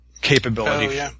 capability